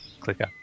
Clicker